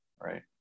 right